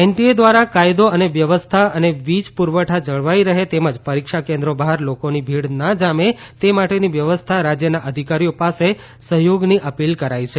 NTA ઘ્વારા કાયદો અને વ્યવસ્થા અને વીજ પુરવઠો જળવાઇ રહે તેમજ પરીક્ષા કેન્દ્રો બહાર લોકોની ભીડના જામે તે માટેની વ્યવસ્થામાં રાજયના અધિકારીઓ પાસે સહયોગની અપીલ કરાઇ છે